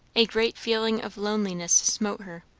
a great feeling of loneliness smote her.